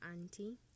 auntie